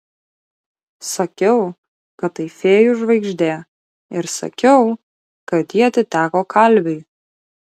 sakiau kad tai fėjų žvaigždė ir sakiau kad ji atiteko kalviui